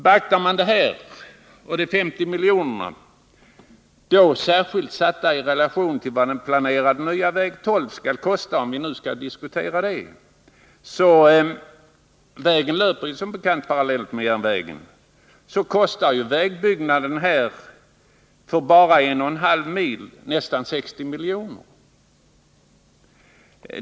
Beaktar man detta och de 50 miljonerna — då särskilt satta i relation till vad den planerade nya väg 12, vilken som bekant ju löper parallellt med järnvägen, skall kosta, om vi nu skall diskutera den — kostar vägbygget för bara 1,5 mil nästan 60 milj.kr.